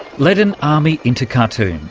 led an army into khartoum,